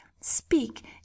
speak